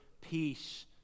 peace